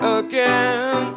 again